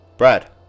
Brad